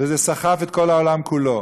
וזה סחב את כל העולם כולו.